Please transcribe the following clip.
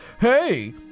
hey